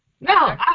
No